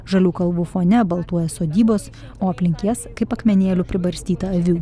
žalių kalvų fone baltuoja sodybos o aplink jas kaip akmenėlių pribarstyta avių